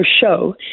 show